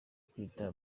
kwita